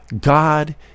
God